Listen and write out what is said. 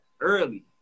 early